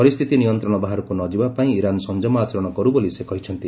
ପରିସ୍ଥିତି ନିୟନ୍ତ୍ରଣ ବାହାରକୁ ନଯିବା ପାଇଁ ଇରାନ୍ ସଂଯମ ଆଚରଣ କରୁ ବୋଲି ସେ କହିଛନ୍ତି